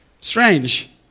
Strange